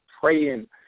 praying